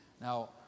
Now